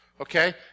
Okay